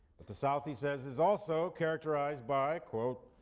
but the south, he says, is also characterized by, quote,